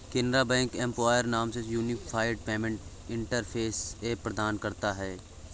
Canara bank empower नाम से unified payment interface app प्रदान करता हैं